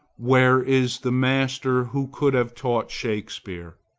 where is the master who could have taught shakspeare?